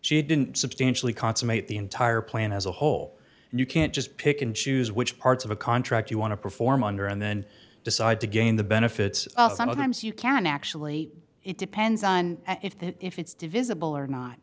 she didn't substantially consummate the entire plan as a whole new can't just pick and choose which parts of a contract you want to perform under and then decide to gain the benefits of them as you can actually it depends on if the if it's divisible or not